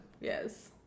Yes